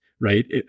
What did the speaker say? Right